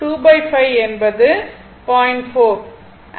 எனவே 25 என்பது 0